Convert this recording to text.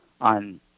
on